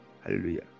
Hallelujah